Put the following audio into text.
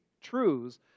truths